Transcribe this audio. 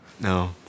No